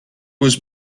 was